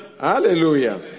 Hallelujah